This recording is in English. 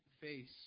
face